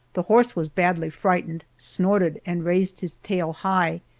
the horse was badly frightened, snorted, and raised his tail high,